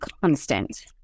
Constant